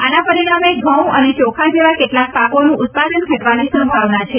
આના પરિણામે ઘઉં અને યોખા જેવા કેટલાક પાકોનું ઉત્પાદન ઘટવાની સંભાવના છે